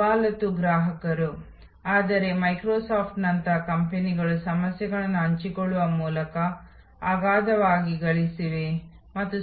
ಸೇವಾ ವಿಷಯದ ಮೂಲಕ ನಾವು ಸಾಮಾನ್ಯವಾಗಿ ಅರ್ಥೈಸಿಕೊಳ್ಳುವುದು ವಿಭಿನ್ನ ಸೇವಾ ಬ್ಲಾಕ್ಗಳ ಮೆನು ಅದನ್ನು ನೀಡಲಾಗುತ್ತಿದೆ ಮತ್ತು